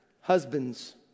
husbands